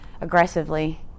aggressively